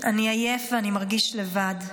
אני עייף ואני מרגיש לבד.